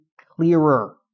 clearer